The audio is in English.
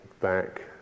back